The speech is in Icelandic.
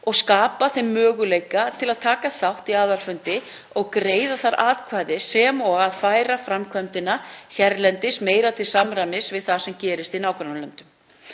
og skapa þeim möguleika til að taka þátt í aðalfundi og greiða þar atkvæði sem og að færa framkvæmdina hérlendis meira til samræmis við það sem gerist í nágrannalöndum.